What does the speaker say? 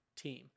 team